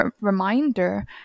reminder